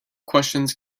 questions